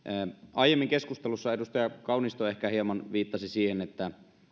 aiemmin keskustelussa edustaja kaunisto ehkä hieman viittasi siihen että